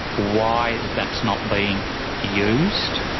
why that's not being used.